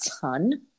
ton